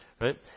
right